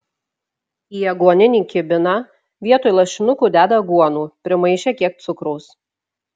į aguoninį kibiną vietoj lašinukų deda aguonų primaišę kiek cukraus